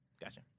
Gotcha